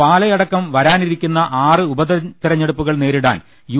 പാലയടക്കം വരാനിരിക്കുന്ന ആറ് ഉപ തെരഞ്ഞെടുപ്പുകൾ നേരിടാൻ യു